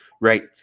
right